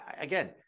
again